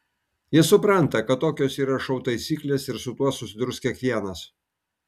jis supranta kad tokios yra šou taisyklės ir su tuo susidurs kiekvienas